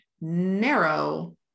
narrow